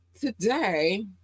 Today